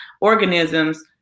organisms